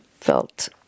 felt